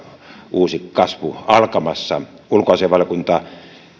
uusi kasvu alkamassa ulkoasiainvaliokunta